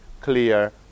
clear